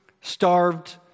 starved